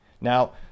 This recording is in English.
Now